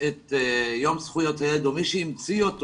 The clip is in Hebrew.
את יום זכויות הילד או מי שהמציא אותו